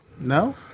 No